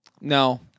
No